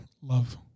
love